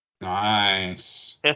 Nice